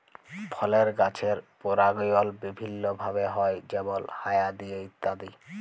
ফলের গাছের পরাগায়ল বিভিল্য ভাবে হ্যয় যেমল হায়া দিয়ে ইত্যাদি